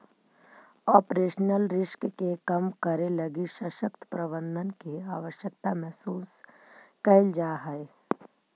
operational risk के कम करे लगी सशक्त प्रबंधन के आवश्यकता महसूस कैल जा हई